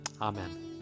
Amen